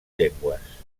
llengües